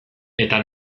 eta